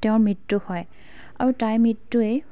তেওঁৰ মৃত্যু হয় আৰু তাইৰ মৃত্যুৱে